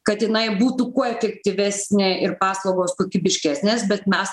kad jinai būtų kuo efektyvesnė ir paslaugos kokybiškesnės bet mes